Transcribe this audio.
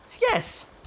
Yes